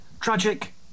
Tragic